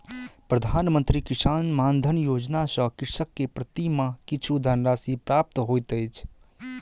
प्रधान मंत्री किसान मानधन योजना सॅ कृषक के प्रति माह किछु धनराशि प्राप्त होइत अछि